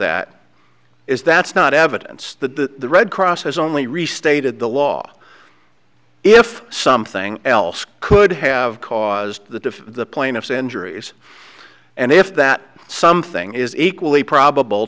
that is that's not evidence the red cross has only restated the law if something else could have caused the plaintiffs injuries and if that something is equally probable